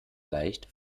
leicht